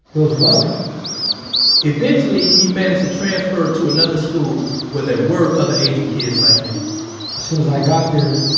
it was rough eventually he managed to transfer to another school where there were other asian kids like him as soon as i got there,